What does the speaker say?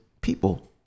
people